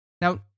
Now